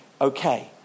okay